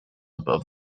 above